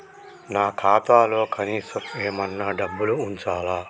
నా ఖాతాలో కనీసం ఏమన్నా డబ్బులు ఉంచాలా?